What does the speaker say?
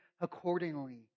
accordingly